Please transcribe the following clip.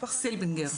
סילבינגר,